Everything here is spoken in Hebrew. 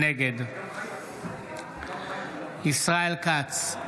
נגד ישראל כץ,